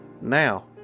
Now